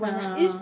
ah ah ah ah